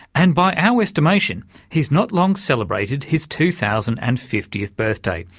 and by our estimation he's not long celebrated his two thousand and fiftieth birthday.